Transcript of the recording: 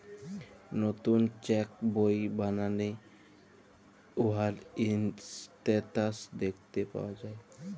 লতুল চ্যাক বই বালালে উয়ার ইসট্যাটাস দ্যাখতে পাউয়া যায়